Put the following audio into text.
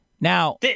Now